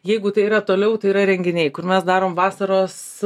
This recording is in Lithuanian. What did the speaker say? jeigu tai yra toliau tai yra renginiai kur mes darom vasaros